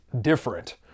different